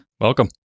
Welcome